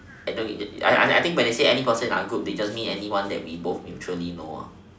I know I I I think when they say any person in our group they just mean anyone that we both mutually know ah